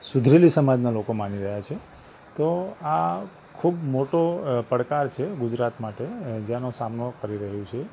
સુધરેલી સમાજના લોકો માની રહ્યા છે તો આ ખૂબ મોટો પડકાર છે ગુજરાત માટે જેનો સામનો કરી રહ્યું છે